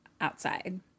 outside